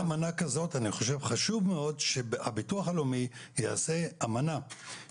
אם אין אמנה כזאת חשוב מאוד שהביטוח הלאומי יעשה אמנה.